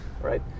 right